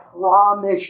promise